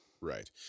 Right